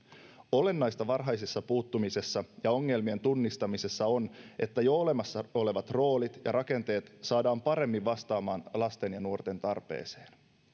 olennaista varhaisessa puuttumisessa ja ongelmien tunnistamisessa on että jo olemassa olevat roolit ja rakenteet saadaan paremmin vastaamaan lasten ja nuorten tarpeeseen